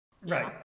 Right